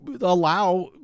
allow